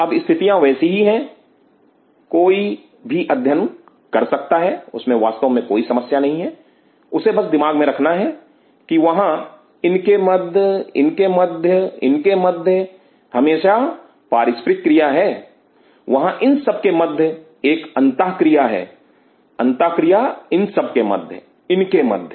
अब स्थितियां वैसी हैं कोई भी अध्ययन कर सकता है उसमें वास्तव में कोई समस्या नहीं है उसे बस दिमाग में रखना है की वहां इनके मध्य इनके मध्य इनके मध्य इनके हमेशा पारस्परिक क्रिया है वहां इन सबके मध्य एक अंतःक्रिया है अंतःक्रिया इन के मध्य इन के मध्य